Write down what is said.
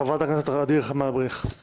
חברת הכנסת ע'דיר כמאל מריח, בבקשה.